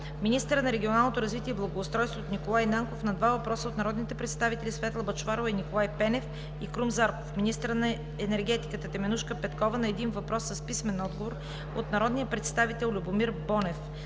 министърът на регионалното развитие и благоустройството Николай Нанков – на два въпроса от народните представители Светла Бъчварова и Николай Пенев; и Крум Зарков; - министърът на енергетиката Теменужка Петкова – на един въпрос с писмен отговор от народния представител Любомир Бонев;